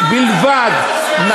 זה לא נכון, בית-המשפט פסל אותו.